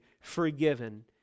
forgiven